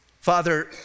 Father